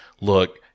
look